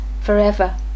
forever